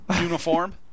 uniform